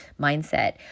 mindset